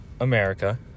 America